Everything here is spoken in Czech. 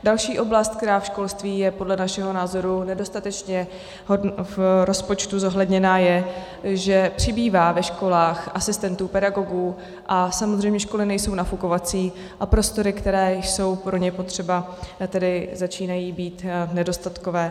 Další oblast, která ve školství je podle našeho názoru nedostatečně v rozpočtu zohledněna, je, že přibývá ve školách asistentů pedagogů a samozřejmě školy nejsou nafukovací a prostory, které jsou pro ně potřeba, tedy začínají být nedostatkové.